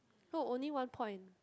no only one point